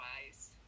otherwise